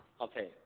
Okay